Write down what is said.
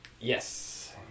Yes